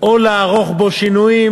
או לערוך בו שינויים,